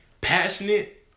passionate